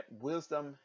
wisdom